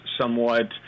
somewhat